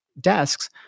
desks